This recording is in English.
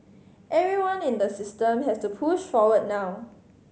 everyone in the system has to push forward now